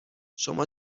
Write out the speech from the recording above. شما